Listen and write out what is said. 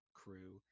crew